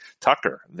Tucker